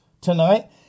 tonight